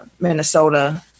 Minnesota